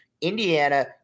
Indiana